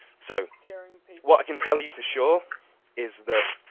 so what i can tell you for sure is that